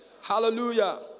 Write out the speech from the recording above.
Hallelujah